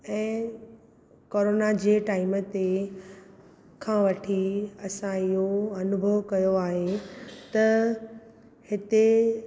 ऐं कोरोना जे टाइम ते खां वठी असां इहो अनुभव कयो आहे त हिते